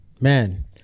man